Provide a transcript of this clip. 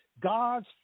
God's